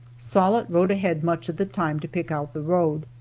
sollitt rode ahead much of the time to pick out the road.